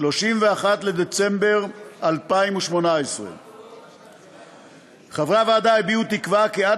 31 בדצמבר 2018. חברי הוועדה הביעו תקווה שעד